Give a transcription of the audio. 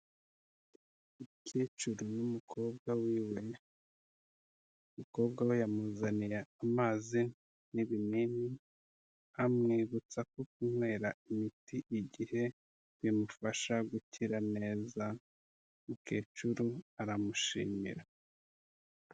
Umukecuru n'umukobwa wiwe, umukobwa we yamuzaniye amazi n'ibinini, amwibutsa ko kunywera imiti igihe bimufasha gukira neza, mukecuru aramushimira.